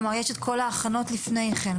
כלומר יש את כל ההכנות לפני כן,